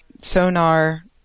sonar